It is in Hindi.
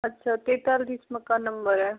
अच्छा तैंतालीस मकान नंबर है